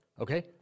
Okay